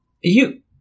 You-